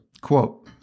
Quote